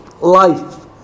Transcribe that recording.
life